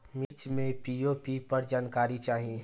मिर्च मे पी.ओ.पी पर जानकारी चाही?